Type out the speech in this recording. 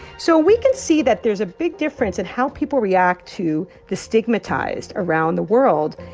so we can see that there's a big difference in how people react to the stigmatized around the world.